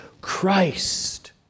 Christ